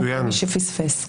למי שפספס.